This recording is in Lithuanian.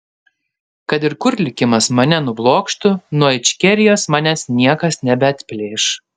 kad ir kur likimas mane nublokštų nuo ičkerijos manęs niekas nebeatplėš